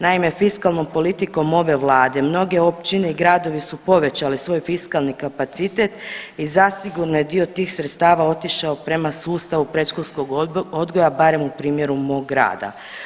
Naime fiskalnom politikom ove vlade mnoge općine i gradovi su povećali svoj fiskalni kapacitet i zasigurno je dio tih sredstva otišao prema sustavu predškolskog odgoja barem u primjeru mog grada.